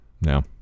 No